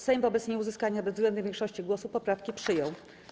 Sejm wobec nieuzyskania bezwzględnej większości głosów poprawki przyjął.